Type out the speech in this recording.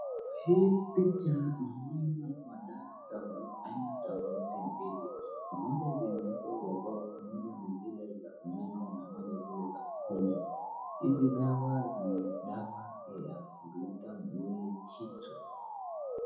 Hii picha naona madawa aina tofauti mbili, moja zimeekwa kwa box , moja ni zile za kumeza na moja ni zile za kukunywa. Hizi dawa ni dawa ya kuleta mwili kitu.